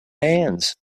hands